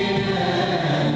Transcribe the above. and